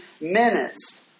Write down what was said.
minutes